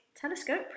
Telescope